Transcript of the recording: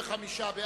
קבוצת סיעת מרצ,